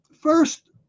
First